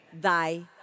die